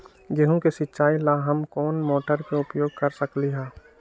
गेंहू के सिचाई ला हम कोंन मोटर के उपयोग कर सकली ह?